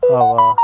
हवा